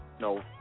No